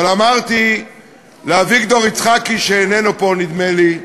אבל אמרתי לאביגדור יצחקי, שאיננו פה, נדמה לי,